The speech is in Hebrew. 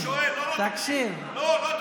לא, לא.